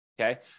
okay